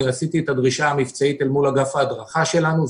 עשיתי את הדרישה המבצעית אל מול אגף ההדרכה שלנו.